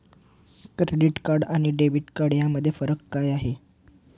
Credit card आणि debit card यामध्ये काय फरक आहे?